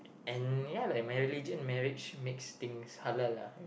and ya like my religion marriage makes things harder lah